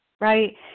right